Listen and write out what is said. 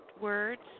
words